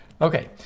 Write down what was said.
Okay